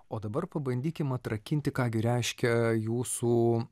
o dabar pabandykim atrakinti ką gi reiškia jūsų